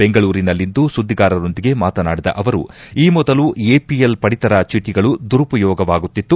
ಬೆಂಗಳೂರಿನಲ್ಲಿಂದು ಸುದ್ದಿಗಾರರೊಂದಿಗೆ ಮಾತನಾಡಿದ ಅವರು ಈ ಮೊದಲು ಎಪಿಎಲ್ ಪಡಿತರ ಚೀಟಗಳು ದುರುಪಯೋಗವಾಗುತ್ತಿತ್ತು